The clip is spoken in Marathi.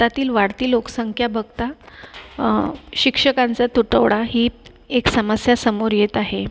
भारतातील वाढती लोकसंख्या बघता शिक्षकांचा तुटवडा ही एक समस्या समोर येत आहे